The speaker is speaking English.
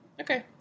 Okay